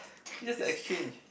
just exchange